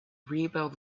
rebuild